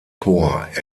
korps